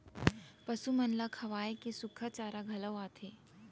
पसु मन ल खवाए के सुक्खा चारा घलौ आथे